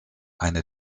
eine